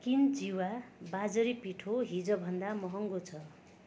किन् जिवा बाजरी पिठो हिजो भन्दा महँगो छ